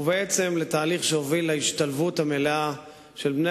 ובעצם תהליך שהוביל להשתלבות המלאה של בני